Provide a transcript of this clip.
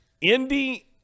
Indy